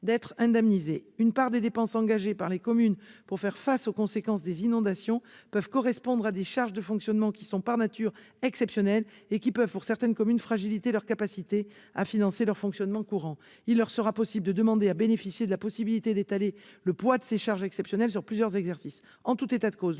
ainsi indemnisées. Une part des dépenses engagées par les communes pour faire face aux conséquences des inondations peut correspondre à des charges de fonctionnement qui, par nature exceptionnelles, peuvent fragiliser la capacité de certaines d'entre elles à financer leur fonctionnement courant. Celles-ci pourront demander à bénéficier de la possibilité d'étaler le poids de ces charges exceptionnelles sur plusieurs exercices. En tout état de cause,